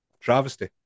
travesty